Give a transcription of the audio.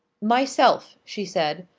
myself, she said.